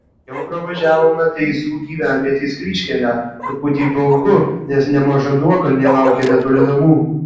jau pravažiavome teizų gyvenvietės kryžkelę truputį baugu nes nemaža nuokalnė laukia netoli namų